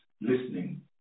listening